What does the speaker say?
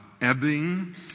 ebbing